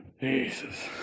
Jesus